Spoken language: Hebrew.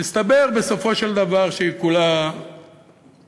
מסתבר בסופו של דבר שהיא כולה פרובוקציה